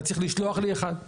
אתה צריך לשלוח לי אחד,